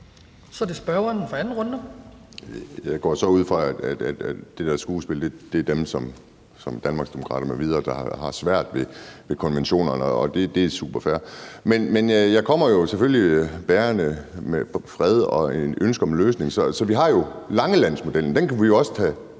12:56 Kim Edberg Andersen (NB): Jeg går så ud fra, at det der skuespil drejer sig om Danmarksdemokraterne m.v., som har det svært med konventionerne, og det er super fair. Men jeg kommer jo selvfølgelig med fred og et ønske om en løsning. Vi har jo Langelandsmodellen, og den kan vi jo også tage